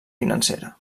financera